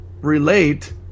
relate